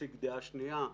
יציג דעה שנייה.